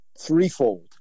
threefold